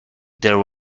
there